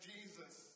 Jesus